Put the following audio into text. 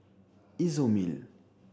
Isomil